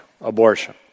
abortion